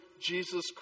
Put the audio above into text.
Jesus